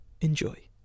Enjoy